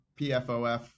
PFOF